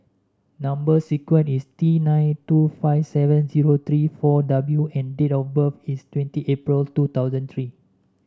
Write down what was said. number sequence is T nine two five seven zero three four W and date of birth is twenty April two thousand three